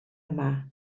yma